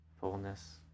fullness